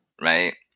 right